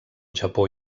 japó